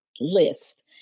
list